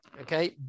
Okay